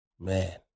Man